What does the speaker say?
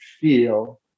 feel